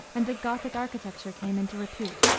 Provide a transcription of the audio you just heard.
and that gothic architecture came into repute.